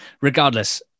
Regardless